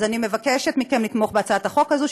אז אני מבקשת מכם לתמוך בהצעת החוק הזאת,